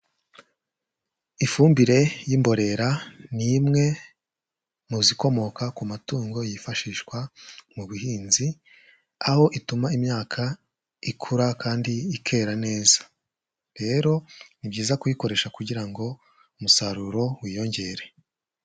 Ifumbire y'imborera ni imwe mu zikomoka ku matungo yifashishwa mu buhinzi, aho ituma imyaka ikura kandi ikera neza, rero ni byiza kuyikoresha kugira ngo umusaruro wiyongere.